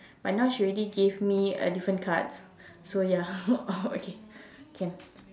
but now she already gave me a different card so ya okay